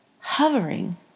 hovering